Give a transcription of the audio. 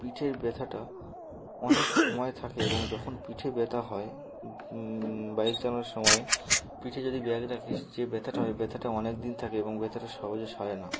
পিঠের ব্যথাটা অনেক সময় থাকে এবং যখন পিঠে ব্যথা হয় বাইক চালানোর সময় পিঠে যদি ব্যাগ রাখি যে ব্যথাটা হয় ওই ব্যথাটা অনেক দিন থাকে এবং ব্যথাটা সহজে সারে না